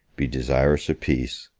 be desirous of peace,